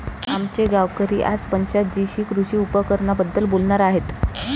आमचे गावकरी आज पंचायत जीशी कृषी उपकरणांबद्दल बोलणार आहेत